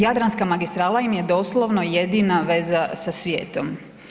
Jadranska magistrala im je doslovno jedina veza sa svijetom.